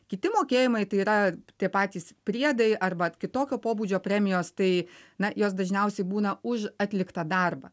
kiti mokėjimai tai yra tie patys priedai arba kitokio pobūdžio premijos tai na jos dažniausiai būna už atliktą darbą